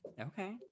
okay